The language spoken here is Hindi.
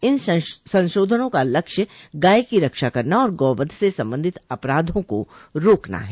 इन संशोधनों का लक्ष्य गाय की रक्षा करना और गौ वध से संबंधित अपराधों को रोकना है